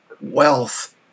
wealth